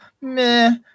meh